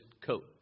coat